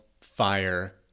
FIRE